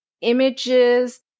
images